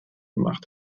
gemacht